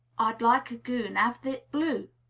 i'd like a goon av thit blue.